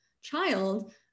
child